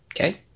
Okay